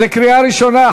זו קריאה ראשונה,